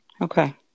Okay